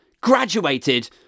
graduated